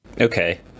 Okay